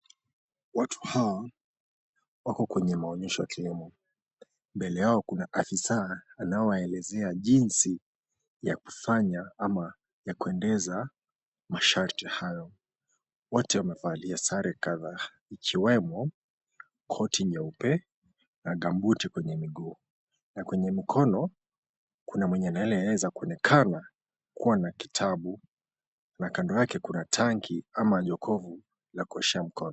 Watu hawa wako kwenye maonyesho ya kilimo. Mbele yao kuna afisa anayewaelezea jinsi ya kufanya ama ya kuendeza masharti hayo. Wote wamevalia sare kadhaa ikiwemo koti nyeupe na gambuti kwenye miguu na kwenye mkono kuna mwenye anayeweza kuonekana kuwa na kitabu na kando yake kuna tangi ama jokovu la kuoshea mkono.